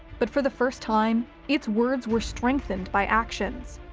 but for the first time, its words were strengthened by actions.